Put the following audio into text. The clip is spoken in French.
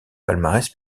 palmarès